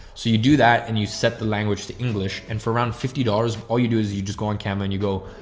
so you do that and you set the language to english and for around fifty dollars, all you do is you just go on camera and you go,